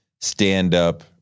stand-up